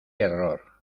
error